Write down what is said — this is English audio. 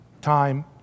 time